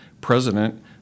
president